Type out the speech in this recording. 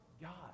God